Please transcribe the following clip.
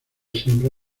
siempre